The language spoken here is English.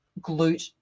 glute